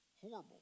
horrible